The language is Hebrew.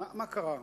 מה קרה?